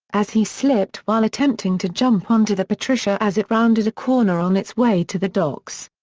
as he slipped while attempting to jump onto the patricia as it rounded a corner on its way to the docks.